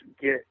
get